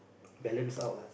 balance out lah